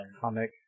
comic